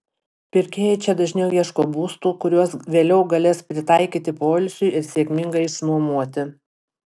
pirkėjai čia dažniau ieško būstų kuriuos vėliau galės pritaikyti poilsiui ir sėkmingai išnuomoti